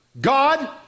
God